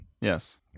Yes